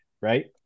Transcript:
right